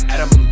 Adam